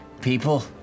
People